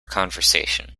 conversation